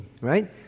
right